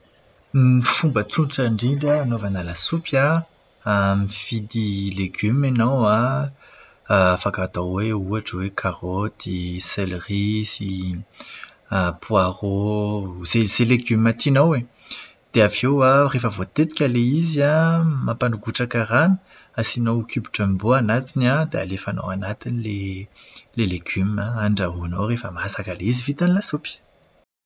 Ny fomba tsotra indrindra hanaovana lasopy an. Mividy legioma ianao an, afaka atao hoe ohatra hoe karaoty, selery, sy poaro, izay legioma tianao e! Dia avy eo an, rehefa voatetika ilay izy an, mampangotraka rano, asianao kioba Jumbo anatiny an, dia alefanao anatiny ilay ilay legioma. Andrahoinao rehefa masaka ilay izy vita ny lasopy!